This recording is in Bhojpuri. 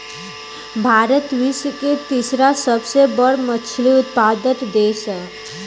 भारत विश्व के तीसरा सबसे बड़ मछली उत्पादक देश ह